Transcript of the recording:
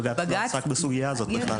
בג"ץ לא עסק בסוגיה הזאת בכלל.